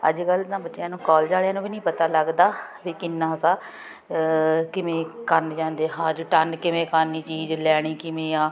ਅੱਜ ਕੱਲ੍ਹ ਤਾਂ ਬੱਚਿਆਂ ਨੂੰ ਕਾਲਜ ਵਾਲਿਆਂ ਨੂੰ ਵੀ ਨਹੀਂ ਪਤਾ ਲੱਗਦਾ ਵੀ ਕਿੰਨਾ ਕਾ ਕਿਵੇਂ ਕਰਨ ਜਾਂਦੇ ਹਾਜ ਰਿਟਰਨ ਕਿਵੇਂ ਕਰਨੀ ਚੀਜ਼ ਲੈਣੀ ਕਿਵੇਂ ਆ